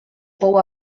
pou